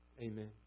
Amen